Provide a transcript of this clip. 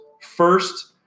First